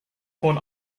von